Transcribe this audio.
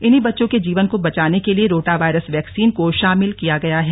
इन्हीं बच्चों के जीवन को बचाने के लिए रोटावायरस वैक्सीन को शामिल किया गया है